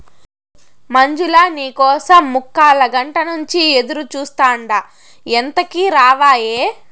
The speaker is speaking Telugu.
మంజులా, నీ కోసం ముక్కాలగంట నుంచి ఎదురుచూస్తాండా ఎంతకీ రావాయే